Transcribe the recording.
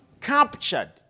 captured